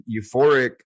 euphoric